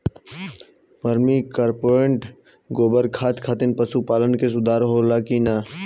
Vermi compost गोबर खाद खातिर पशु पालन में सुधार होला कि न?